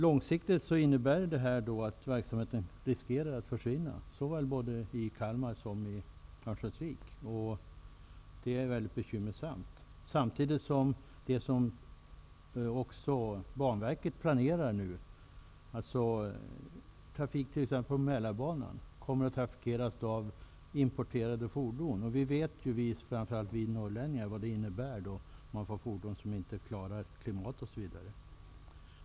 Långsiktigt innebär det här att verksamheten riskerar att försvinna, såväl i Kalmar som i Örnsköldsvik. Detta är väldigt bekymmersamt. Samtidigt gäller det Banverkets planer. Mälarbanan t.ex. kommer att trafikeras av importerade fordon. Framför allt vi norrlänningar vet vad det innebär att få fordon som inte klarar klimat osv.